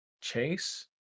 Chase